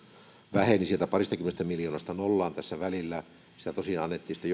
väheni sieltä paristakymmenestä miljoonasta nollaan tässä välillä tosiaan annettiin sitä